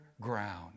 ground